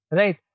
right